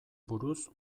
buruz